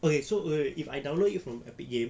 okay so wait wait if I download it from epic game